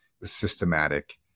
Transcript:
systematic